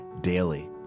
daily